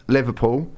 Liverpool